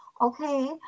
Okay